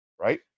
right